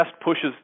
pushes